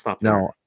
no